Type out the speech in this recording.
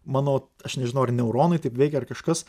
mano aš nežinau ar neuronai taip veikia ar kažkas